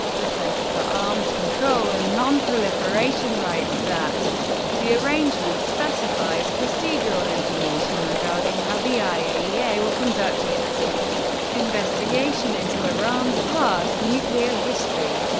the center for arms control and non-proliferation writes that the arrangement specifies procedural information regarding how the iaea will conduct its investigation into iran's past nuclear history,